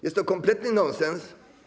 Jest to kompletny nonsens.